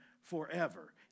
forever